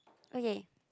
okay